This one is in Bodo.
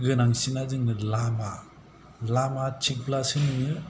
गोनांसिना जोंनो लामा लामा थिगब्लासो नोङो